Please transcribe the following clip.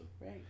Right